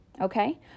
okay